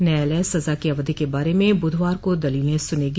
न्यायालय सजा की अवधि के बारे में बुधवार को दलीलें सुनेगी